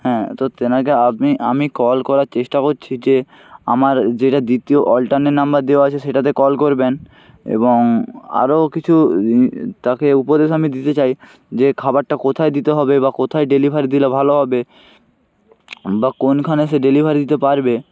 হ্যাঁ তো তেনাকে আপনি আমি কল করার চেষ্টা করছি যে আমার যেটা দ্বিতীয় অলটারনেট নাম্বার দেওয়া আছে সেটাতে কল করবেন এবং আরও কিছু ই তাকে উপদেশ আমি দিতে চাই যে খাবারটা কোথায় দিতে হবে বা কোথায় ডেলিভারি দিলে ভালো হবে বা কোনখানে সে ডেলিভারি দিতে পারবে